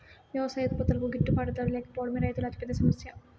వ్యవసాయ ఉత్పత్తులకు గిట్టుబాటు ధర లేకపోవడమే రైతుల అతిపెద్ద సమస్య